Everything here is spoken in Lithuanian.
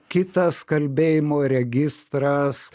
kitas kalbėjimo registras